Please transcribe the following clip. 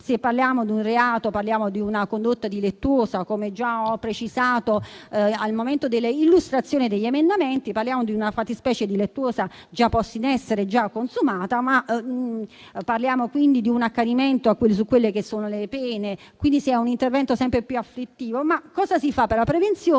Se parliamo di un reato, parliamo di una condotta delittuosa, come già ho precisato al momento dell'illustrazione degli emendamenti, parliamo di una fattispecie delittuosa già posta in essere, già consumata, parliamo quindi di un accanimento sulle pene, con un intervento sempre più afflittivo, ma cosa si fa per la prevenzione?